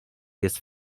jest